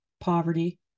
poverty